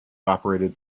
operated